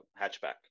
hatchback